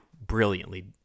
brilliantly